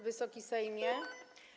Wysoki Sejmie!